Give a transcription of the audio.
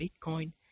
Bitcoin